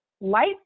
light